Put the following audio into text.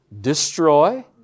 destroy